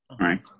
Right